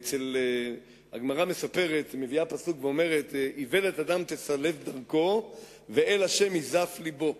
הגמרא מביאה פסוק ואומרת: איוולת אדם תסלף דרכו ואל ה' יזעף לבו.